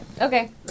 Okay